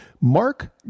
Mark